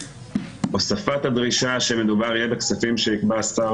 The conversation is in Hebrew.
שהוספת הדרישה שמדובר יהיה בכספים שיקבע השר